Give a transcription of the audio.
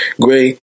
Gray